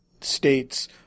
states –